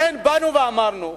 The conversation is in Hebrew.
לכן באנו ואמרנו,